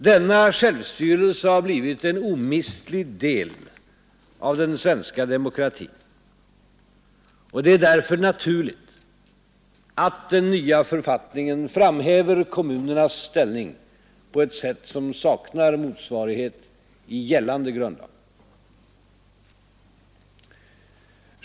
Denna självstyrelse har blivit en omistlig del av den svenska demokratin, och det är därför attningen framhäver kommunernas ställning på naturligt att den nya fö ett sätt som saknar motsvarighet i gällande grundlag.